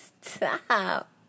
stop